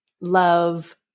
love